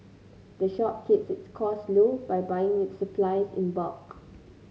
the shop keeps its costs low by buying its supplies in bulk